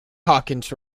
hawkins